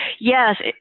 Yes